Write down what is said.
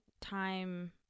time